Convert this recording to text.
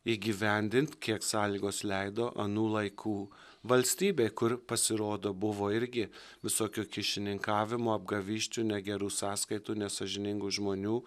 įgyvendint kiek sąlygos leido anų laikų valstybė kur pasirodo buvo irgi visokio kyšininkavimo apgavysčių negerų sąskaitų nesąžiningų žmonių